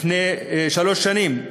לפני שלוש שנים,